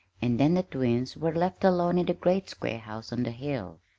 and then the twins were left alone in the great square house on the hill.